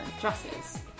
Dresses